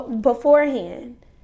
beforehand